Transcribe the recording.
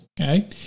Okay